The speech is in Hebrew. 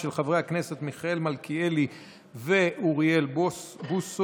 של חברי הכנסת מיכאל מלכיאלי ואוריאל בוסו.